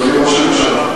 אדוני ראש הממשלה,